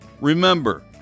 Remember